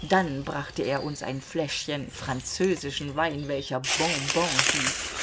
dann brachte er uns ein fläschchen französischen wein welcher bonbon hieß